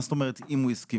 מה זאת אומרת אם הוא הסכים?